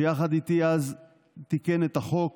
שיחד איתי אז תיקן את החוק